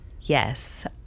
Yes